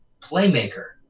playmaker